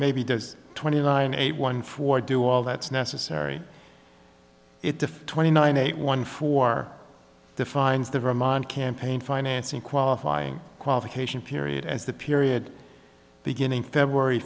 maybe does twenty nine eight one four do all that's necessary if twenty nine eight one four defines the room on campaign financing qualifying qualification period as the period beginning february